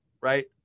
Right